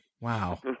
Wow